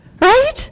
right